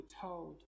told